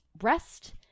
rest